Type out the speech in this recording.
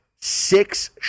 six